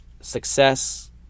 success